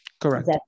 Correct